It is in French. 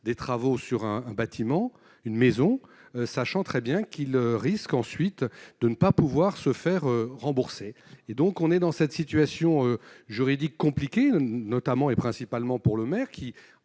des travaux sur un bâtiment, une maison, sachant très bien qu'il risque ensuite de ne pas pouvoir se faire rembourser, et donc on est dans cette situation juridique compliquée notamment et principalement pour le maire